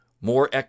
more